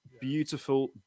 beautiful